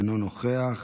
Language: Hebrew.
אינו נוכח,